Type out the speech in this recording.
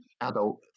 adult